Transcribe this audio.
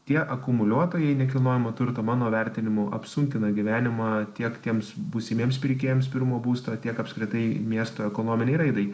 tie akumuliuotojai nekilnojamo turto mano vertinimu apsunkina gyvenimą tiek tiems būsimiems pirkėjams pirmo būsto tiek apskritai miesto ekonominei raidai